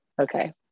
okay